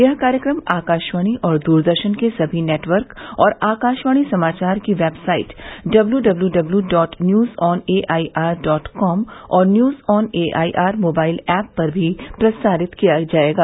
यह कार्यक्रम आकाशवाणी और दूरदर्शन के सभी नेटवर्क और आकशवाणी समाचार की website W W W dot news on A I R dot com और news on A I R mobile app पर भी प्रसारित किया जाएगा